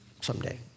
someday